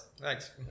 Thanks